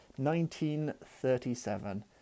1937